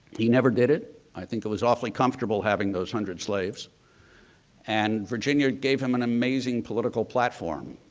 he never did it. i think it was awfully comfortable having those hundreds slaves and virginia gave him an amazing political platform.